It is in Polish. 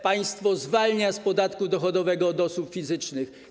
Państwo zwalnia z podatku dochodowego od osób fizycznych.